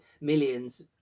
millions